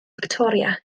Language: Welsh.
fictoria